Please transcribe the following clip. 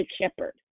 shepherd